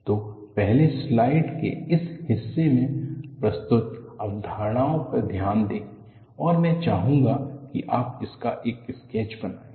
तो पहले स्लाइड के इस हिस्से में प्रस्तुत अवधारणाओं पर ध्यान दें और मैं चाहूंगा कि आप इसका एक स्केच बनाएं